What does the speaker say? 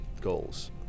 goals